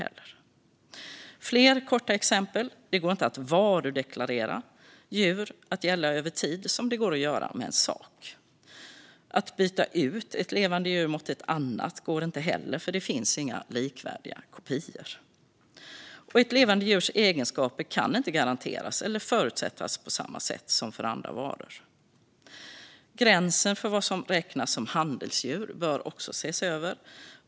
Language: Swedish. Jag har fler korta exempel: Det går inte att varudeklarera djur, för att de ska gälla över tid, som det går att göra med en sak. Att byta ut ett levande djur mot ett annat går inte heller, eftersom det inte finns likvärdiga kopior. Ett levande djurs egenskaper kan inte heller garanteras eller förutsättas på samma sätt som för andra varor. Gränsen för vad som räknas som handelsdjur bör också ses över.